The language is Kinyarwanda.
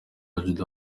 juda